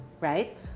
right